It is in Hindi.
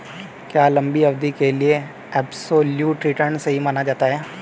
क्या लंबी अवधि के लिए एबसोल्यूट रिटर्न सही माना जाता है?